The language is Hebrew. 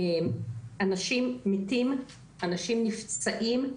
אנשים מתים, אנשים נפצעים.